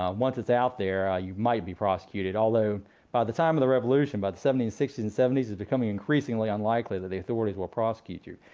um once it's out there, you might be prosecuted. although by the time of the revolution, by the seventeen sixty s and seventy s, it's becoming increasingly unlikely that the authorities will prosecute you.